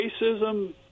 racism